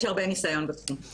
יש הרבה ניסיון בתחום.